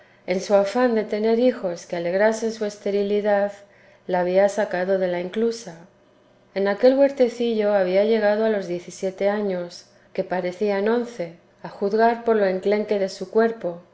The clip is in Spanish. en su afán de tener hijos que alegrasen su esterilidad la había sacado de la inclusa en aquel huertecillo había llegado a los diez y siete años que parecían once a juzgar por lo enclenque de su cuerpo